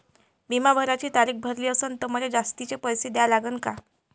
बिमा भराची तारीख भरली असनं त मले जास्तचे पैसे द्या लागन का?